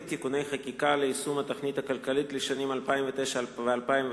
(תיקוני חקיקה ליישום התוכנית הכלכלית לשנים 2009 ו-2010),